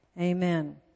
Amen